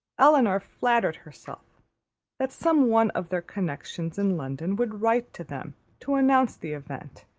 elinor flattered herself that some one of their connections in london would write to them to announce the event,